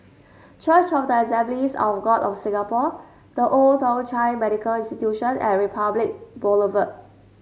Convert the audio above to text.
church of the Assemblies of God of Singapore The Old Thong Chai Medical Institution and Republic Boulevard